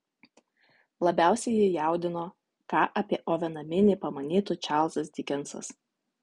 labiausiai jį jaudino ką apie oveną minį pamanytų čarlzas dikensas